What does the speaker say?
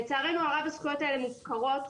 לצערנו הרב הזכויות האלה מופקרות,